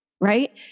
right